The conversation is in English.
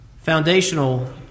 foundational